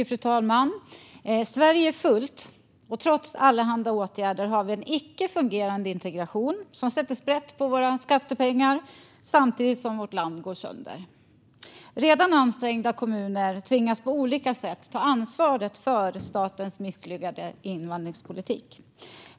Fru talman! Sverige är fullt. Trots allehanda åtgärder har vi en icke fungerande integration som sätter sprätt på våra skattepengar samtidigt som vårt land går sönder. Redan ansträngda kommuner tvingas på olika sätt ta ansvaret för statens misslyckade invandringspolitik.